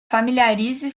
familiarize